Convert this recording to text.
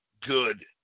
good